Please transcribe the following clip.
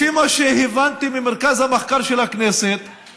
לפי מה שהבנתי ממרכז המחקר של הכנסת,